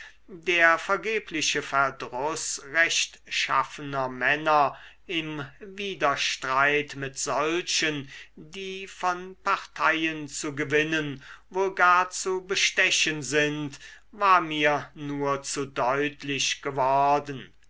der vergebliche verdruß rechtschaffener männer im widerstreit mit solchen die von parteien zu gewinnen wohl gar zu bestechen sind war mir nur zu deutlich geworden